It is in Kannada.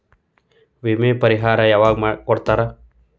ವಿಮೆ ಪರಿಹಾರ ಯಾವಾಗ್ ಕೊಡ್ತಾರ?